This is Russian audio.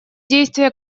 действия